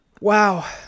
Wow